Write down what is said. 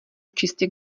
čistě